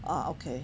orh okay